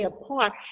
apart